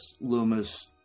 Loomis